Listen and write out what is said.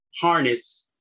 harness